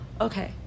okay